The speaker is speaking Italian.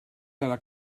dalla